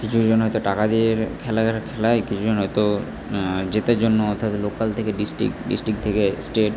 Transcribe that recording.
কিছুজন হয়তো টাকা দিয়ে খেলা খেলায় কিছুজন হয়তো জেতার জন্য অর্থাৎ লোকাল থেকে ডিস্ট্রিক্ট ডিস্ট্রিক্ট থেকে স্টেট